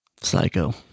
Psycho